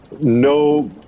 no